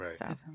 Right